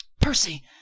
percy